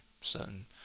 certain